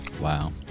Wow